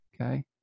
okay